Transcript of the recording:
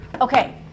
okay